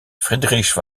friedrich